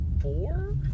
four